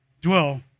dwell